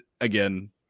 again